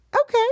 Okay